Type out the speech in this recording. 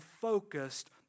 focused